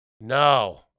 No